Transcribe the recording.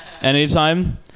Anytime